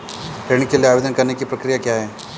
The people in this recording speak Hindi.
ऋण के लिए आवेदन करने की प्रक्रिया क्या है?